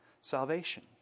salvation